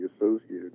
associated